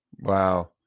Wow